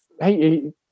Hey